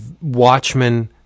Watchmen